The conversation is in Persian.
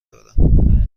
دارم